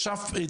ישבתי